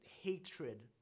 hatred